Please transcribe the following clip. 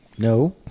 No